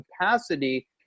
capacity